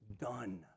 done